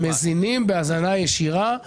מזינים בהזנה ישירה את